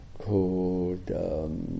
Called